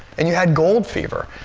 and you had gold fever.